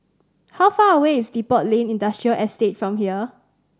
how far away is Depot Lane Industrial Estate from here